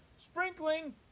Sprinkling